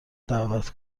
دعوت